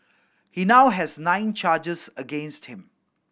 he now has nine charges against him